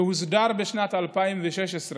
שהוסדר בשנת 2016,